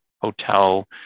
hotel